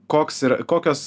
koks ir kokios